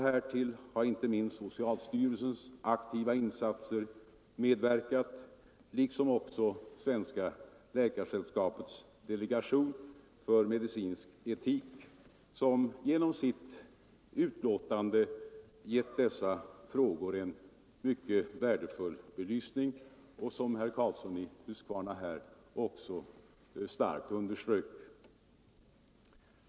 Härtill har inte minst socialstyrelsens aktiva insatser medverkat, liksom också Svenska läkaresällskapets delegation för medicinsk etik som genom sitt uttalande gett dessa frågor en värdefull belysning, vilket herr Karlsson i Huskvarna här också starkt underströk.